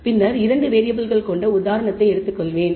பின்னர் 2 வேறியபிள்கள் கொண்ட உதாரணத்தை எடுத்துக் கொள்வேன்